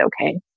Okay